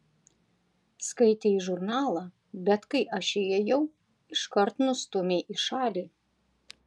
skaitei žurnalą bet kai aš įėjau iškart nustūmei į šalį